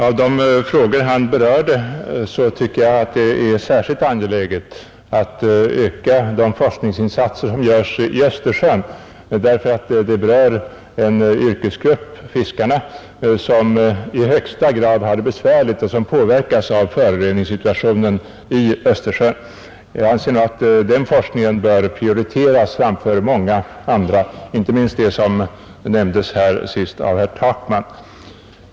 Av de frågor han berörde tycker jag att det är särskilt angeläget att öka de forskningsinsatser som görs i Östersjön, eftersom de berör en yrkesgrupp, fiskarna, som i högsta grad har det besvärligt och som påverkas negativt av föroreningssituationen i Östersjön. Jag anser att denna forskning bör prioriteras framför många andra uppgifter, inte minst dem som nyss nämndes av herr Takman.